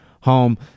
home